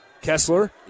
kessler